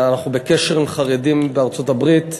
אנחנו בקשר עם חרדים בארצות-הברית,